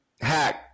Hack